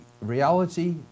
reality